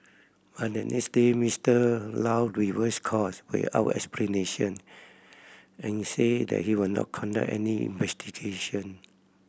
but the next day Mister Low reversed course without explanation and said that he would not conduct any investigation